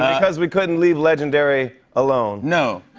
because we couldn't leave legendary alone. no.